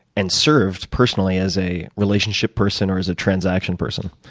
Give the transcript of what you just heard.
and served personally as a relationship person or as a transaction person.